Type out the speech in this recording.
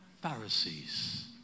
Pharisees